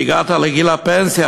והגעת לגיל הפנסיה,